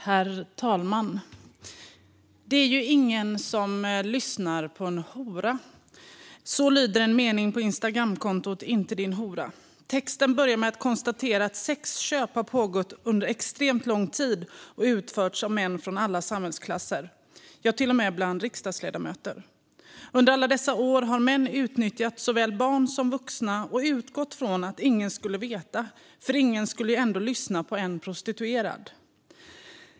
Herr talman! Det är ju ingen som lyssnar på en hora. Så lyder en mening på Instagramkontot Inte Din Hora. Texten börjar med att konstatera att sexköp har pågått under extremt lång tid och utförts av män från alla samhällsklasser - ja, till och med bland riksdagsledamöter. Under alla dessa år har män utnyttjat såväl barn som vuxna och utgått från att ingen skulle veta, för ingen skulle ju ändå lyssna på en prostituerad.